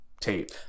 tape